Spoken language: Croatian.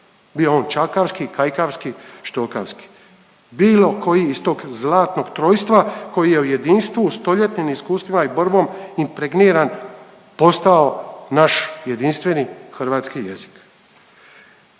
bio on čakavski, kajkavski, štokavski. Bilo koji iz tog zlatnog trojstva koji je u jedinstvu, u stoljetnim iskustvima i borbom ipregniran postao naš jedinstveni hrvatski jezik.